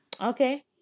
Okay